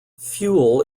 fuel